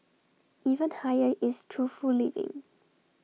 even higher is truthful living